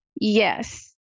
Yes